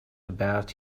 about